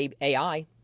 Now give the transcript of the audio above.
AI